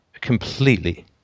completely